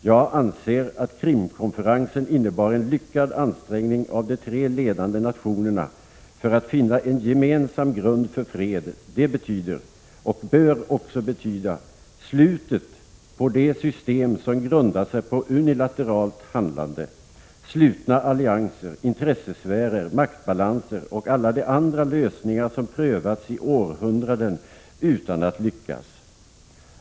———- Jag anser att Krimkonferensen innebar en lyckad ansträngning av de tre ledande nationerna för att finna en gemensam grund för fred. Det betyder — och bör också betyda — slutet på de system som grundar sig på unilateralt handlande, slutna allianser, intressesfärer, maktbalanser och alla de andra lösningar som prövats i århundraden utan att lyckas.